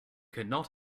cannot